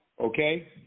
Okay